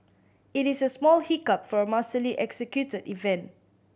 it is a small hiccup for a masterly executed event